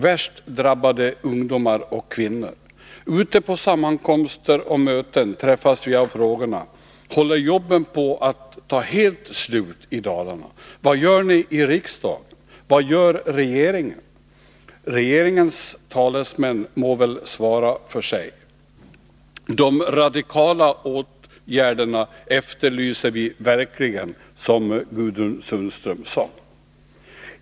Värst drabbar den ungdomar och kvinnor. Ute på sammankomster och möten träffas vi av frågorna: Håller jobben på att ta helt slut i Dalarna? Vad gör ni i riksdagen? Vad gör regeringen? Regeringens talesmän må väl svara för sig. De radikala åtgärderna efterlyser vi verkligen, som Gudrun Sundström sade.